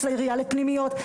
מחוץ לעירייה, לפנימיות.